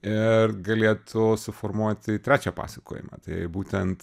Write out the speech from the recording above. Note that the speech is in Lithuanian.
ir galėtų suformuoti trečią pasakojimą tai būtent